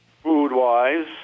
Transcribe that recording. Food-wise